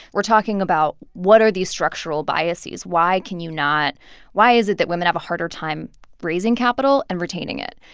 we're talking about what are these structural biases. why can you not why is it that women have a harder time raising capital and retaining it?